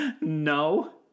no